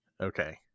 Okay